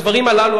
הדברים הללו,